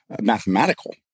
mathematical